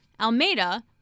Almeida